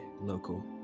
local